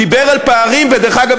דיבר על פערים ודרך אגב,